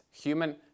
human